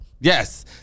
Yes